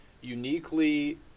uniquely